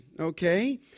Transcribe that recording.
okay